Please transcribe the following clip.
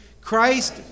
Christ